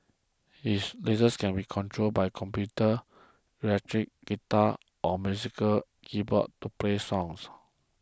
his latest can be controlled by a computer electric guitar or musical keyboard to play songs